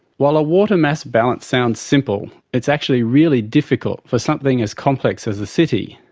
while a water mass balance sounds simple, its actually really difficult for something as complex as a city.